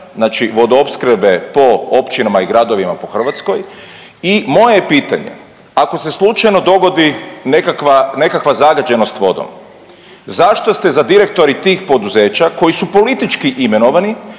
znači vodoopskrbe po općinama i gradovima po Hrvatskoj i moje je pitanje ako se slučajno dogodi nekakva zagađenost vodom zašto ste za direktore tih poduzeća koji su politički imenovali